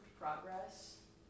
progress